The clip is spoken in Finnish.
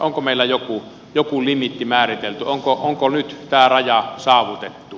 onko meillä joku limiitti määritelty onko nyt tämä raja saavutettu